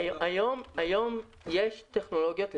היום יש טכנולוגיות,